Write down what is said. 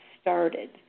started